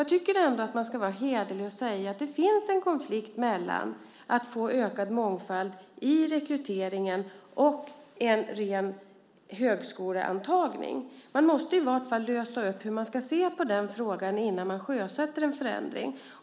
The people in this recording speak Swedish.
Jag tycker att man ska vara hederlig och säga att det finns en konflikt mellan att få ökad mångfald i rekryteringen och en ren högskoleantagning. Man måste i alla fall lösa hur man ska se på den frågan innan man sjösätter en förändring.